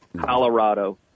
Colorado